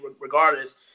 regardless